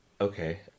okay